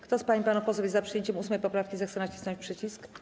Kto z pań i panów posłów jest za przyjęciem 8. poprawki, zechce nacisnąć przycisk.